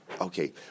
Okay